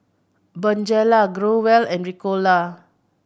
Bonjela Growell and Ricola